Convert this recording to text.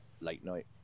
late-night